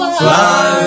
fly